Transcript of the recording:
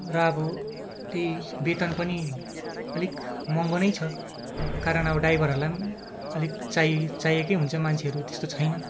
र अब त्यही बेतन पनि अलिक महँगो नै छ कारण अब ड्राइभरहरूलाई पनि अलिक चाहिँ चाहिएकै हुन्छ मान्छेहरू त्यस्तो छैन